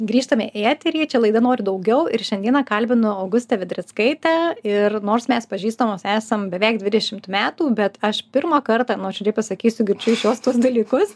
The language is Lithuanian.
grįžtame į eterį laida noriu daugiau ir šiandieną kalbinu augustę vedrickaitę ir nors mes pažįstamos esam beveik dvidešimt metų bet aš pirmą kartą nuoširdžiai pasakysiu girdžiu iš jos tuos dalykus